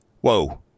Whoa